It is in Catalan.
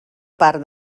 part